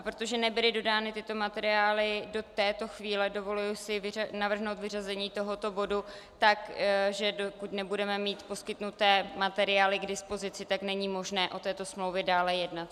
Protože nebyly dodány tyto materiály do této chvíle, dovoluji si navrhnout vyřazení tohoto bodu tak, že dokud nebudeme mít poskytnuté materiály k dispozici, tak není možné o této smlouvě dále jednat.